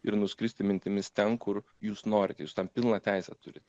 ir nuskristi mintimis ten kur jūs norite jūs tam pilną teisę turit